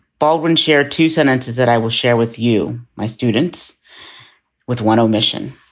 baldwin shared two sentences that i will share with you, my students with one um mission.